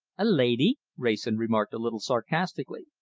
a lady? wrayson remarked a little sarcastically.